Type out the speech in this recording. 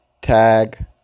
tag